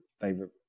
favorite